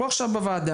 בוא עכשיו בוועדה,